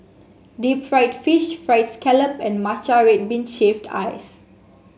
Deep Fried Fish fried scallop and Matcha Red Bean Shaved Ice